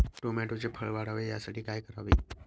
टोमॅटोचे फळ वाढावे यासाठी काय करावे?